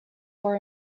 for